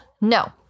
No